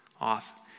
off